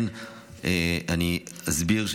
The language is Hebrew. אני אסביר,